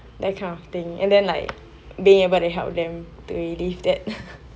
that kind of thing and then like being able to help them to relieve that